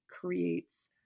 creates